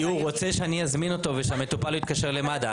כי הוא רוצה שאני אזמין אותו ושהמטופל לא יתקשר למד"א.